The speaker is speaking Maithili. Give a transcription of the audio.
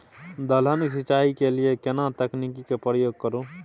दलहन के सिंचाई के लिए केना तकनीक के प्रयोग करू?